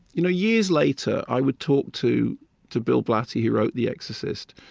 you know years later, i would talk to to bill blatty, who wrote the exorcist,